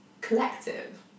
collective